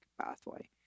pathway